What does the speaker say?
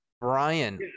brian